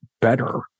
better